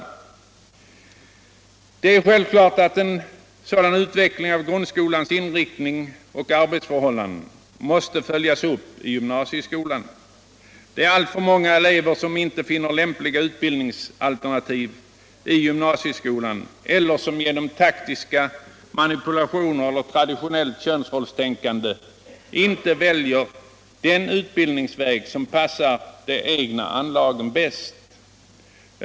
DPet är självklart att on sådan utveckling av grundskolans inriktning och arbetsförhåflanden måste följas upp i gymnasteskolan. Det är alltför manga elever som inte finner lämpliga utbildningsalhternativ i evymnasieskolan eller som genom taktiska mantpulationer eller tradivionelh könsrollstänkande inte väljer den utbildningsväg som passar de cegna anlagen bäst.